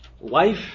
life